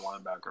linebacker